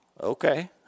okay